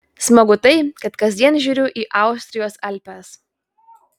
smagu tai kad kasdien žiūriu į austrijos alpes